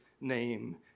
name